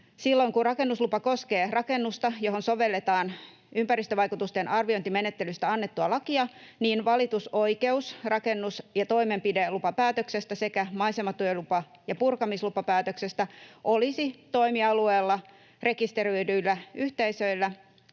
silloin kun rakennuslupa koskee rakennusta, johon sovelletaan ympäristövaikutusten arviointimenettelystä annettua lakia, niin valitusoikeus rakennus- ja toimenpidelupapäätöksestä sekä maisematyölupa- ja purkamislupapäätöksestä olisi toimialueella rekisteröidyllä yhteisöllä,